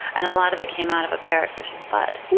and a lot of it came out of a parrotfish's butt.